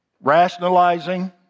Rationalizing